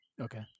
Okay